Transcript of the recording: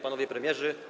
Panowie Premierzy!